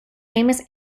famous